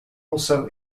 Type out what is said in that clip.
also